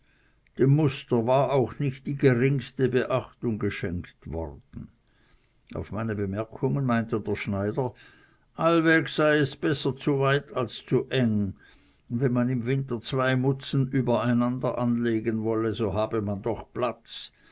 dem muster war auch nicht die geringste beachtung geschenkt worden auf meine bemerkungen meinte mein schneider allweg sei es besser zu weit als zu eng wenn man im winter zwei mutzen übereinander anlegen wolle so habe man doch platz